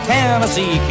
Tennessee